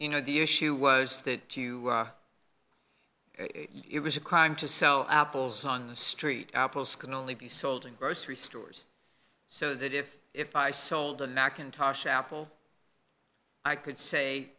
you know the issue was that to you it was a crime to sow apples on the street apples can only be sold in grocery stores so that if if i sold a macintosh apple i could say